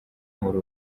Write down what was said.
muri